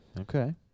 Okay